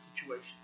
situation